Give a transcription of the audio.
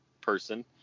person